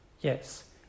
Yes